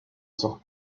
sort